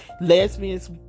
Lesbians